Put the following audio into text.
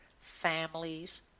families